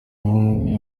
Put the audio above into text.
bumwe